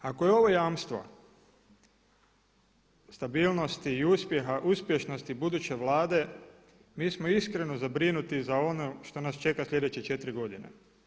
Ako je ovo jamstvo stabilnosti i uspjeha, uspješnosti buduće Vlade mi smo iskreno zabrinuti za ono što nas čeka sljedeće četiri godine.